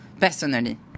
personally